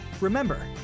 Remember